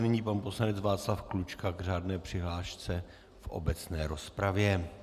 Nyní pan poslanec Václav Klučka k řádné přihlášce v obecné rozpravě.